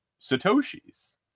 Satoshis